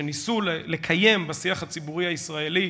שניסו לקיים בשיח הציבורי הישראלי,